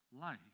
life